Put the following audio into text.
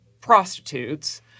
prostitutes